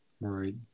Right